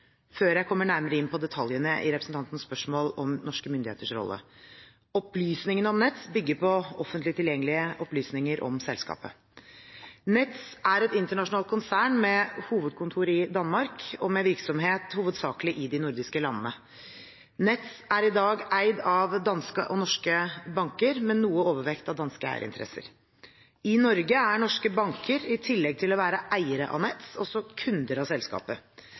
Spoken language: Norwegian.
før jeg kommer nærmere inn på detaljene i representantens spørsmål om norske myndigheters rolle. Opplysningene om Nets bygger på offentlig tilgjengelige opplysninger om selskapet. Nets er et internasjonalt konsern med hovedkontor i Danmark og med virksomhet hovedsakelig i de nordiske landene. Nets er i dag eid av danske og norske banker, med noe overvekt av danske eierinteresser. I Norge er norske banker, i tillegg til å være eiere av Nets, også kunder av selskapet.